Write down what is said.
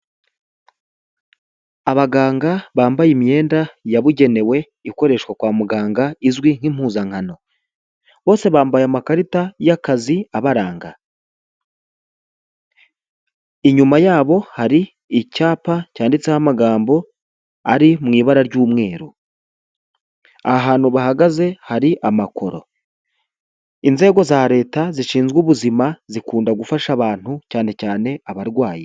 Abaganga bambaye imyenda yabugenewe ikoreshwa kwa muganga izwi nk'impuzankano, bose bambaye amakarita y'akazi abaranga. Inyuma yabo hari icyapa cyanditseho amagambo ari mu ibara ry'umweru. Aha hantu bahagaze hari amakoro. Inzego za leta zishinzwe ubuzima zikunda gufasha abantu cyane cyane abarwayi.